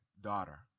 daughter